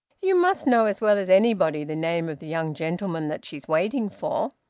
you must know as well as anybody the name of the young gentleman that she's waiting for.